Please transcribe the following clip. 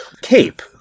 cape